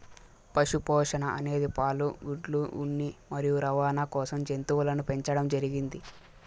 పశు పోషణ అనేది పాలు, గుడ్లు, ఉన్ని మరియు రవాణ కోసం జంతువులను పెంచండం జరిగింది